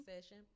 session